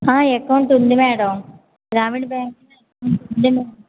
account ఉంది madam గ్రామీణ బ్యాంక్లో ఎకౌంట్ ఉంది మ్యాడమ్